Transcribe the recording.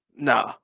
No